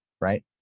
right